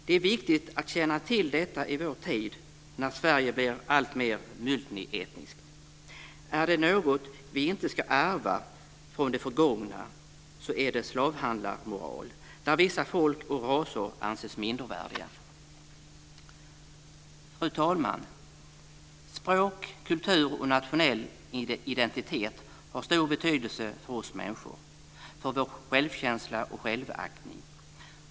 Det är viktigt att känna till detta i vår tid när Sverige blir alltmer multietniskt. Är det något vi inte ska ärva från det förgångna är det slavhandlarmoral, där vissa folk och raser anses mindervärdiga. Fru talman! Språk, kultur och nationell identitet har stor betydelse för oss människor, för vår självkänsla och självaktning.